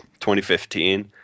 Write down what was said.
2015